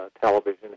television